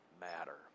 matter